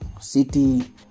City